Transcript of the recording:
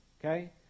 Okay